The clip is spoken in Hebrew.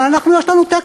אבל אנחנו, יש לנו טקסטים.